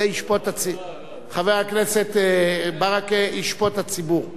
חבר הכנסת ברכה, זה ישפוט הציבור.